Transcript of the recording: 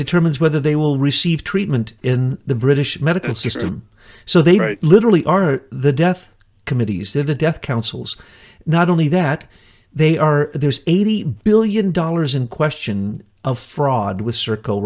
determines whether they will receive treatment in the british medical system so they literally are the death committees they're the death councils not only that they are there's eighty billion dollars in question of fraud with